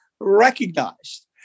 recognized